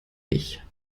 ich